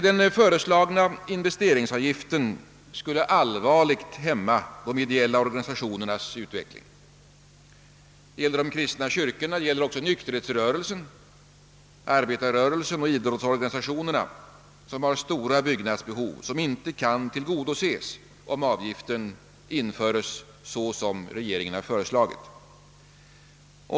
Den föreslagna investeringsavgiften skulle allvarligt hämma de ideella organisationernas utveckling. Det gäller de kristna kyrkorna, nykterhetsrörelsen, arbetarrörelsen och idrottsorganisationerna, som har stora byggnadsbehov vilka inte kan tillgodoses om avgiften införes så som regeringen har föreslagit.